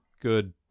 good